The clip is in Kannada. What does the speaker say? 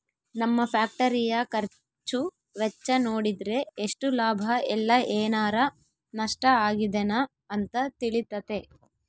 ನಮ್ಮ ಫ್ಯಾಕ್ಟರಿಯ ಖರ್ಚು ವೆಚ್ಚ ನೋಡಿದ್ರೆ ಎಷ್ಟು ಲಾಭ ಇಲ್ಲ ಏನಾರಾ ನಷ್ಟ ಆಗಿದೆನ ಅಂತ ತಿಳಿತತೆ